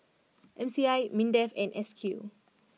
M C I Mindef and S Q